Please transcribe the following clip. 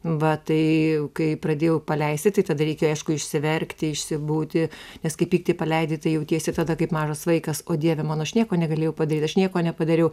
va tai kai pradėjau paleisti tai tada reikėjo aišku išsiverkti išsibūti nes kai pyktį paleidi tai jautiesi tada kaip mažas vaikas o dieve mano aš nieko negalėjau padaryt aš nieko nepadariau